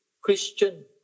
Christian